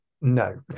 No